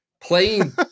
playing